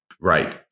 Right